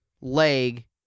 leg